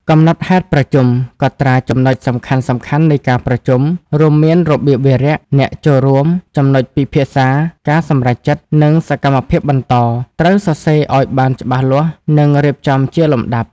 កំណត់ហេតុប្រជុំ កត់ត្រាចំណុចសំខាន់ៗនៃការប្រជុំ រួមមានរបៀបវារៈ អ្នកចូលរួម ចំណុចពិភាក្សា ការសម្រេចចិត្ត និងសកម្មភាពបន្ត ត្រូវសរសេរឲ្យបានច្បាស់លាស់និងរៀបចំជាលំដាប់។